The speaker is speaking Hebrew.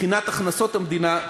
מבחינת הכנסות המדינה,